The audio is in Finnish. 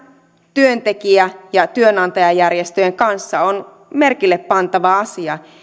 työntekijä ja työnantajajärjestöjen kanssa on merkille pantava asia